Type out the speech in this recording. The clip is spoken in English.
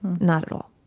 not at all.